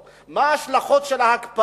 היה צריך לשאול אותו: מה ההשלכות של ההקפאה?